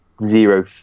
Zero